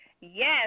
Yes